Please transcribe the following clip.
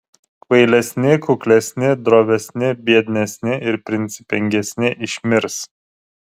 kvailesni kuklesni drovesni biednesni ir principingesni išmirs